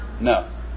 No